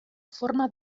forma